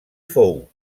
fou